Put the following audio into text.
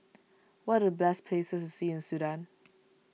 what are the best places to see in Sudan